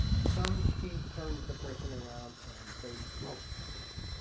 some key turns the person around and they go after that.